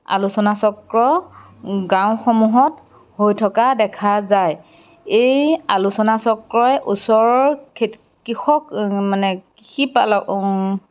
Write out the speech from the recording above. আলোচনা চক্ৰ গাওঁসমূহত হৈ থকা দেখা যায় এই আলোচনা চক্ৰই ওচৰৰ খেতি কৃষক মানে কৃষিপালক